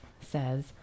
says